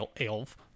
Elf